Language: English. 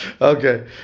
Okay